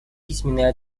письменный